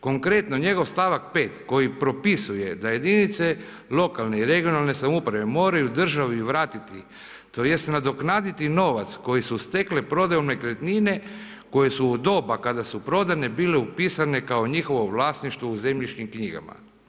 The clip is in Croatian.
Konkretno njegov stavak 5. koji propisuje da jedinice lokalne i regionalne samouprave moraju državi vratiti tj. nadoknaditi novac koji su stekle prodajom nekretnine koji su u doba kada su prodane bile upisano kao njihovo vlasništvo u zemljišnim knjigama.